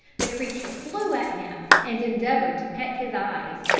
the creature flew at him and endeavoured to peck his eyes.